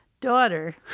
daughter